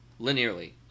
linearly